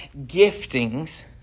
giftings